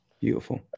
Beautiful